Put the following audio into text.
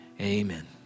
Amen